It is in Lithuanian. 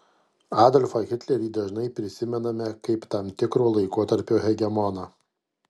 adolfą hitlerį dažnai prisimename kaip tam tikro laikotarpio hegemoną